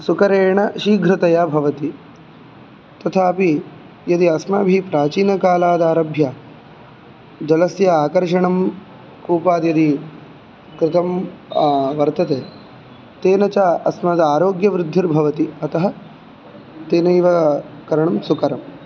सुकरेण शीघ्रतया भवति तथापि यदि अस्माभिः प्राचीनकालादारभ्य जलस्य आकर्षणं कूपाद्यदि कृतं वर्तते तेन च अस्मदारोग्यवृद्धिर्भवति अतः तेनैव करणं सुकरम्